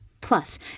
Plus